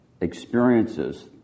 experiences